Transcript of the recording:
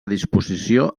disposició